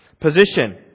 Position